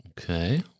Okay